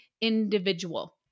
individual